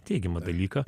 teigiamą dalyką